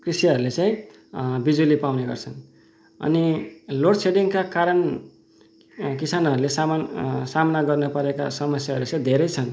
कृषिहरूले चाहिँ बिजुली पाउने गर्छन् अनि लोड सेडिङका कारण किसानहरूले साम सामना गर्न परेका समस्याहरू चाहिँ धेरै छन्